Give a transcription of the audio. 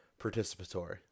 participatory